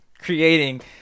creating